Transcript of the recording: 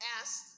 asked